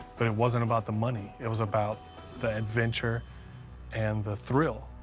but it wasn't about the money. it was about the adventure and the thrill.